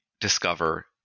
discover